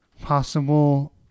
possible